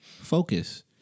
focus